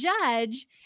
judge